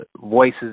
voices